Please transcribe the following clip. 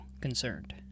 concerned